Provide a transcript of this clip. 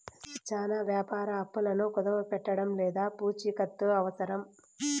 చానా వ్యాపార అప్పులను కుదవపెట్టడం లేదా పూచికత్తు అవసరం